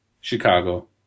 Chicago